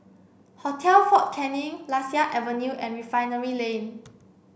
Hotel Fort Canning Lasia Avenue and Refinery Lane